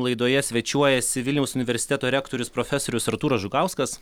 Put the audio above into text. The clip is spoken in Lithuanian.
laidoje svečiuojasi vilniaus universiteto rektorius profesorius artūras žukauskas